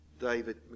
David